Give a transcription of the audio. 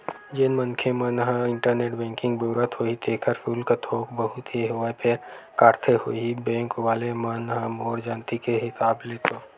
जेन मनखे मन ह इंटरनेट बेंकिग बउरत होही तेखर सुल्क थोक बहुत ही होवय फेर काटथे होही बेंक वले मन ह मोर जानती के हिसाब ले तो